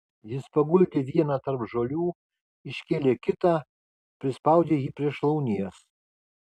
jis paguldė vieną tarp žolių iškėlė kitą prispaudė jį prie šlaunies